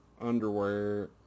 underwear